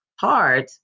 hard